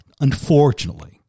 unfortunately